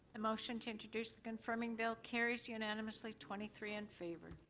motion to introduce the confirming bill carries unanimously twenty three in favor.